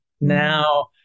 now